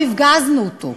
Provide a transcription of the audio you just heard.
אנחנו לא הפגזנו אותו,